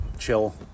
chill